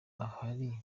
ahari